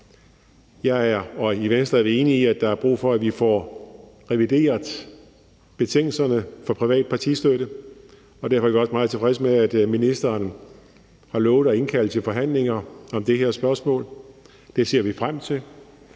enig i, og i Venstre er vi enige i, at der er brug for, at vi får revideret betingelserne for privat partistøtte. Derfor er vi også meget tilfredse med, at ministeren har lovet at indkalde til forhandlinger om det her spørgsmål. Det ser vi frem til,